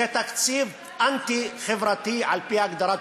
זה תקציב אנטי-חברתי על-פי הגדרה.